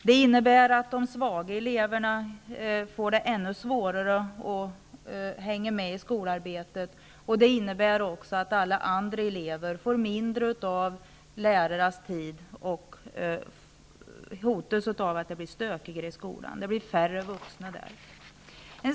Det innebär att svaga elever får ännu svårare att hänga med i skolarbetet och att alla andra elever får mindre av lärarnas tid. Risken är också att det blir stökigare i skolan på grund av färre vuxna är där.